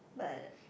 but